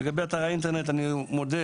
לגבי אתר האינטרנט אני מודה,